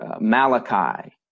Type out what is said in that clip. Malachi